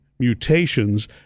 mutations